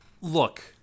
look